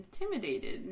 intimidated